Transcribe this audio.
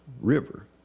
river